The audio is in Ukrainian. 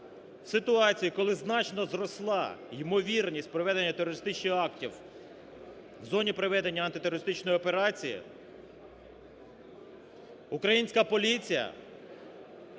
Ситуація, коли значно зросла ймовірність проведення терористичних актів в зоні проведення антитерористичної операції, українська поліція